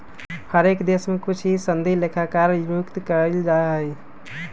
हर एक देश में कुछ ही सनदी लेखाकार नियुक्त कइल जा हई